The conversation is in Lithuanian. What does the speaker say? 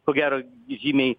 ko gero žymiai